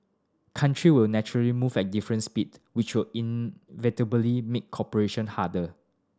country will naturally move at different speed which will inevitably make cooperation harder